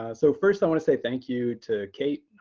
so first i want to say thank you to kate,